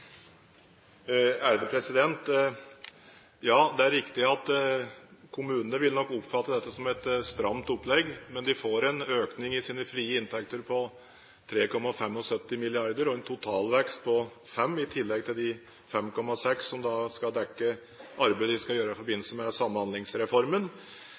Ja, det er nok riktig at kommunene vil oppfatte dette som et stramt opplegg, men de får en økning i sine frie inntekter på 3,75 mrd. kr og en totalvekst på 5 mrd. kr, i tillegg til de 5,6 mrd. kr som skal dekke arbeid de skal gjøre i